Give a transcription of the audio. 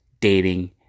dating